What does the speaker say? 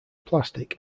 plastic